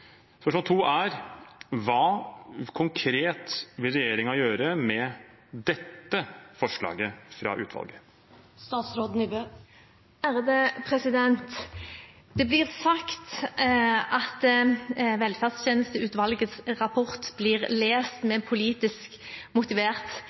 to er: Hva konkret vil regjeringen gjøre med dette forslaget fra utvalget? Det blir sagt at velferdstjenesteutvalgets rapport blir lest